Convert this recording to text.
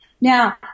Now